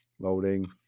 Loading